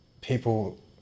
people